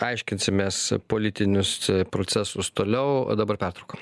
aiškinsimės politinius procesus toliau o dabar pertrauka